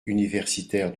universitaires